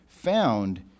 Found